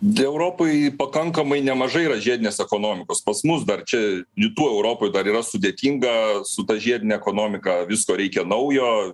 tai europoj pakankamai nemažai yra žiedinės ekonomikos pas mus dar čia rytų europoj dar yra sudėtinga su ta žiedine ekonomika visko reikia naujo